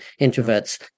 introverts